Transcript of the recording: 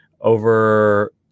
over